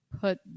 put